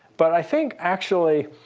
but i think, actually,